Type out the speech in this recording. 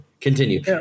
continue